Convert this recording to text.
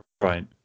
Right